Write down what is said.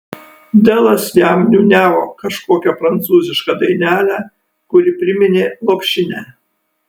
delas jam niūniavo kažkokią prancūzišką dainelę kuri priminė lopšinę